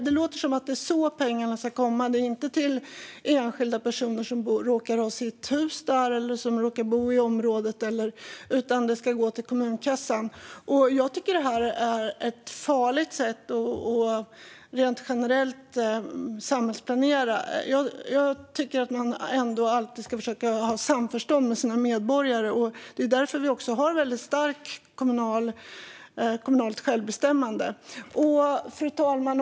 Det låter som att det är så pengarna ska komma. Det är inte till enskilda personer som råkar ha sitt hus där eller råkar bo i området, utan det ska gå till kommunkassan. Jag tycker att det är ett farligt sätt, rent generellt, att samhällsplanera. Man ska ändå alltid försöka att ha samförstånd med sina medborgare. Det är också därför vi har ett väldigt starkt kommunalt självbestämmande. Fru talman!